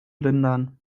lindern